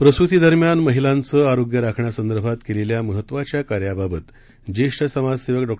प्रसूती दरम्यान महिलांचं आरोग्य राखण्यासंदर्भात केलेल्या महत्त्वाच्या कार्याबाबत ज्येष्ठ समाजसेवक डॉ